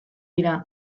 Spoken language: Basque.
dira